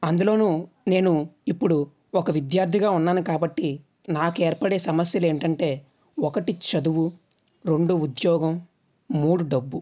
అందులోనూ నేను ఇప్పుడు ఒక విద్యార్థిగా ఉన్నాను కాబట్టి నాకు ఏర్పడే సమస్యలు ఏంటంటే ఒకటి చదువు రెండు ఉద్యోగం మూడు డబ్బు